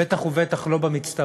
בטח ובטח לא במצטבר,